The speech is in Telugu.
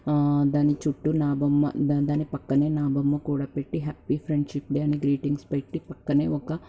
దాని చుట్టూ నా బొమ్మ దాన్ దాని పక్కనే నా బొమ్మ కూడా పెట్టి హ్యాపీ ఫ్రెండ్షిప్ డే అని గ్రీటింగ్స్ పెట్టి పక్కనే ఒక